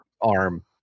arm